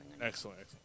Excellent